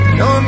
no